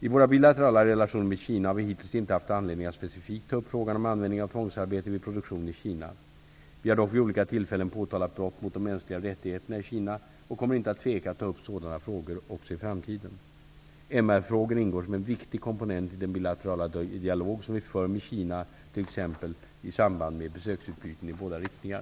I våra bilaterala relationer med Kina har vi hittills inte haft anledning att specifikt ta upp frågan om användning av tvångsarbete vid produktion i Kina. Vi har dock vid olika tillfällen påtalat brott mot de mänskliga rättigheterna i Kina och kommer inte att tveka att ta upp sådana frågor också i framtiden. MR-frågor ingår som en viktig komponent i den bilaterala dialog som vi för med Kina, t.ex. i samband med besöksutbyten i båda riktningar.